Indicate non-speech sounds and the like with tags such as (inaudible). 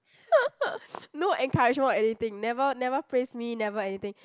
(laughs) no encouragement or anything never never praise me never anything